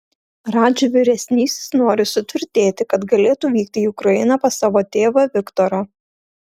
radži vyresnysis nori sutvirtėti kad galėtų vykti į ukrainą pas savo tėvą viktorą